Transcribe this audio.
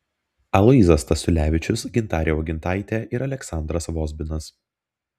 aloyzas stasiulevičius gintarė uogintaitė ir aleksandras vozbinas